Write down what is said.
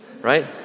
right